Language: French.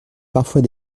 parfois